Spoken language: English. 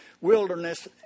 wilderness